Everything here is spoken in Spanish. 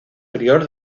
prior